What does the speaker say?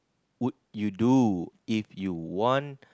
would you do if you want